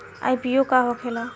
IPO का होखेला?